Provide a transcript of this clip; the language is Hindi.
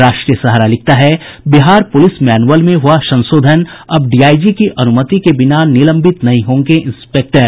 राष्ट्रीय सहारा लिखता है बिहार पुलिस मैनुअल में हुआ संशोधन अब डीआईजी की अनुमति के बिना निलंबित नहीं होंगे इंस्पेक्टर